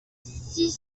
six